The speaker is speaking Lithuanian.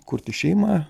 kurti šeimą